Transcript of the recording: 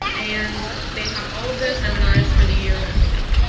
and they have all of their seminars for the year wrapping up.